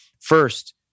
First